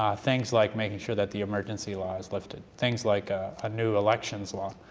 um things like making sure that the emergency law is lifted, things like a ah new elections law,